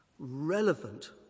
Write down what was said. Relevant